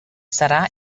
serà